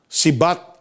sibat